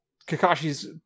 Kakashi's